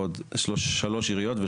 2 עיריות,